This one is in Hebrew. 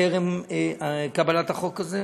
טרם קבלת החוק הזה